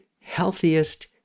healthiest